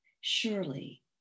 surely